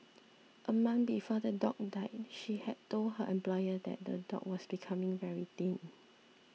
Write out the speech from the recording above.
a month before the dog died she had told her employer that the dog was becoming very thin